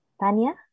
tanya